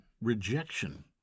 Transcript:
rejection